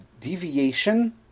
deviation